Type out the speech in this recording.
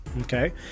Okay